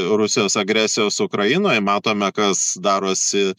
rusijos agresijos ukrainoj matome kas darosi